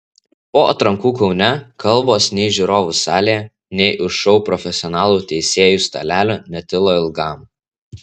po atrankų kaune kalbos nei žiūrovų salėje nei už šou profesionalų teisėjų stalelio netilo ilgam